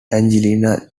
angela